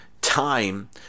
time